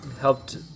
helped